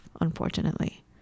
unfortunately